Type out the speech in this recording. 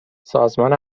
سازمان